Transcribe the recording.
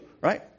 right